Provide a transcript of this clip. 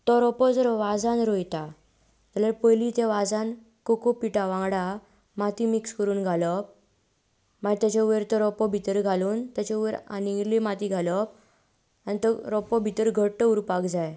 तो रोंपो जर वाजान रोयता जाल्यार पयलीं त्या वाजान कोकोपिठा वांगडा माती मिक्स करून घालप मागीर ताजे वयर तो रोंपो भितर घालून ताजे वयर आनीक इल्ली माती घालप आनी तो रोंपो भितर घट्ट उरपाक जाय